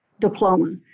diploma